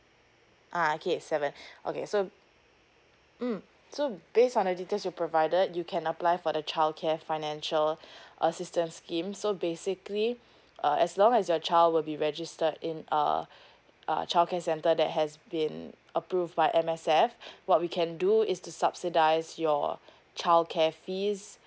uh okay seven okay so mm so based on the details you provided you can apply for the child care financial assistance scheme so basically uh as long as your child will be registered in uh a child care center that has been approved by M_S_F what we can do is to subsidize your child care fees